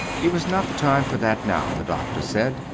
it was not the time for that now, the doctors said.